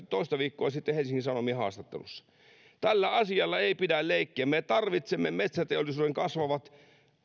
toista viikkoa sitten helsingin sanomien haastattelussa tällä asialla ei pidä leikkiä me tarvitsemme metsäteollisuuden kasvavat